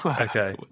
okay